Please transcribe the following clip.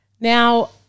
Now